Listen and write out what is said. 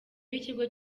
w’ikigo